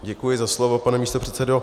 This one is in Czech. Děkuji za slovo, pane místopředsedo.